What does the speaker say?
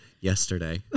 yesterday